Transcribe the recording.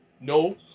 No